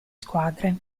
squadre